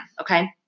Okay